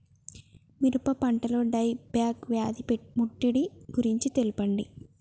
మిరప పంటలో die back వ్యాధి ముట్టడి గురించి తెల్పండి?